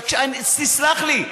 תסלח לי.